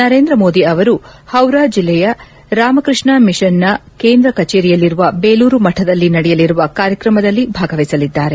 ನರೇಂದ್ರ ಮೋದಿ ಅವರು ಹೌರಾ ಜಿಲ್ಲೆಯ ರಾಮಕೃಷ್ಣ ಮಿಷನ್ನ ಕೇಂದ್ರ ಕಚೇರಿಯಲ್ಲಿರುವ ಬೇಲೂರು ಮಠದಲ್ಲಿ ನಡೆಯಲಿರುವ ಕಾರ್ಯಕ್ರಮದಲ್ಲಿ ಭಾಗವಹಿಸಲಿದ್ದಾರೆ